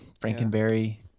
Frankenberry